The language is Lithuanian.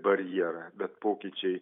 barjerą bet pokyčiai